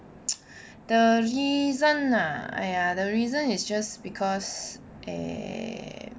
the reason ah !aiya! the reason is just because eh